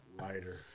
Lighter